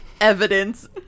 evidence